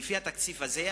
לפי התקציב הזה,